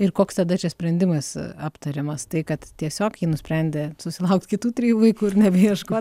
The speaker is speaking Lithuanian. ir koks tada čia sprendimas aptariamas tai kad tiesiog ji nusprendė susilaukt kitų trijų vaikų ir nebeieško